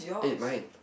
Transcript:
eh mine